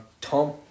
Tom